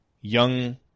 young